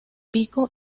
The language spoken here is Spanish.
pico